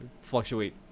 fluctuate